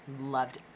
loved